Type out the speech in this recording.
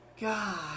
God